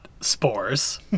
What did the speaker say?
spores